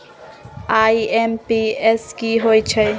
IMPS की होईछइ?